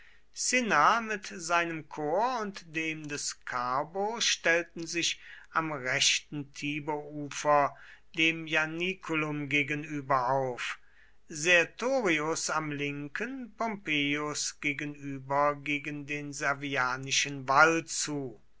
cinna mit seinem korps und dem des carbo stellten sich am rechten tiberufer dem ianiculum gegenüber auf sertorius am linken pompeius gegenüber gegen den servianischen wall zu